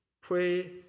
pray